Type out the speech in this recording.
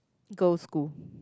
go school